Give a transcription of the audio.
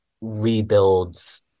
rebuilds